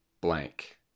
blank